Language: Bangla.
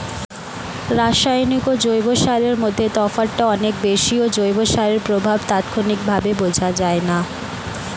রাসায়নিক ও জৈব সারের মধ্যে তফাৎটা অনেক বেশি ও জৈব সারের প্রভাব তাৎক্ষণিকভাবে বোঝা যায়না